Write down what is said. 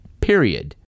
period